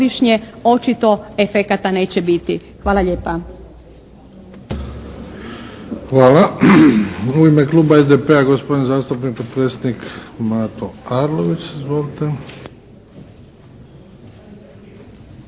očito efekata neće biti. Hvala lijepa.